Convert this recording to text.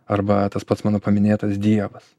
arba tas pats mano paminėtas dievas